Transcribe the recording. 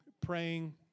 praying